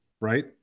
Right